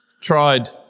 tried